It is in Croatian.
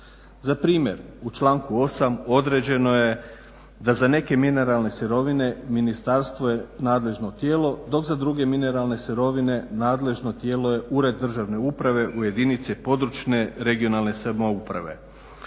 Za primjer, u članku 8. određeno je da za neke mineralne sirovine ministarstvo je nadležno tijelo dok za druge mineralno sirovine nadležno tijelo je Ured državne uprave u jedinici područne regionalne samouprave.